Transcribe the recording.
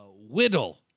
whittle